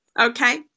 okay